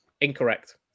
Incorrect